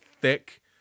thick